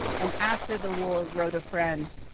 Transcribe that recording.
and, after the war, wrote a friend,